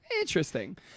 Interesting